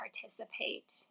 participate